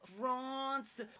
France